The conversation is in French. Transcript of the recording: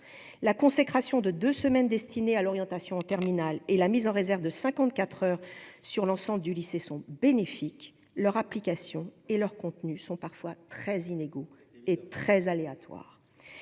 la consécration de deux semaines destiné à l'orientation en terminale et la mise en réserve de 54 heures sur l'ensemble du lycée sont bénéfiques, leur application et leur contenu sont parfois très inégaux et très aléatoire,